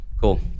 Cool